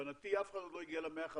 להבנתי אף אחד עוד לא הגיע ל-150